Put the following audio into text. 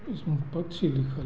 इसमें पक्षी लिखल